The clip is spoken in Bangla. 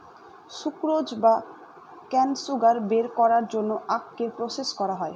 সুক্রোজ বা কেন সুগার বের করার জন্য আখকে প্রসেস করা হয়